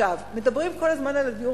עכשיו, מדברים כל הזמן על דיור